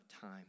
time